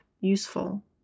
useful